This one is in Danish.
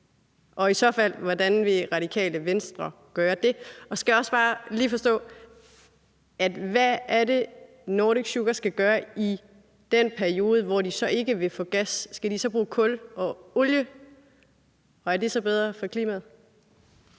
Og i så fald: Hvordan vil Radikale Venstre gøre det? Så skal jeg også bare lige forstå: Hvad er det, Nordic Sugar skal gøre i den periode, hvor virksomheden så ikke vil få gas? Skal den så bruge kul og olie – og er det så bedre for klimaet?